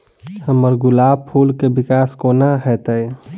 हम्मर गुलाब फूल केँ विकास कोना हेतै?